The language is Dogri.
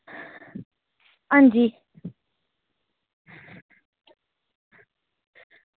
हां जी